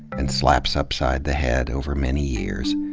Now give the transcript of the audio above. and slaps upside the head over many years.